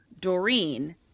Doreen